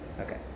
Okay